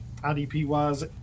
IDP-wise